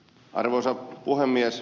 arvoisa puhemies